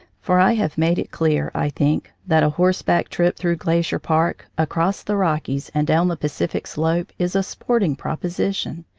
for i have made it clear, i think, that a horseback trip through glacier park, across the rockies, and down the pa cific slope, is a sporting proposition.